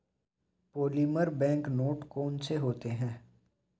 polymer bank note कौन से होते हैं